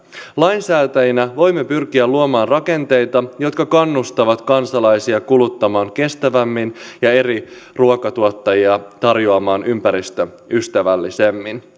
lainsäätäjinä voimme pyrkiä luomaan rakenteita jotka kannustavat kansalaisia kuluttamaan kestävämmin ja eri ruokatuottajia tarjoamaan ympäristöystävällisemmin